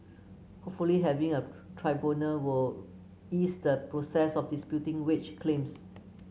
hopefully having a tribunal will ease the process of disputing wage claims